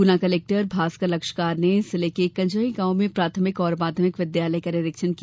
गुना collector Bhaskar Lakshakar ने जिले के कंजई गांव में प्राथमिक और माध्यमिक विद्यालय का निरीक्षण किया